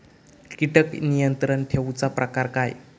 किडिक नियंत्रण ठेवुचा प्रकार काय?